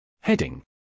Heading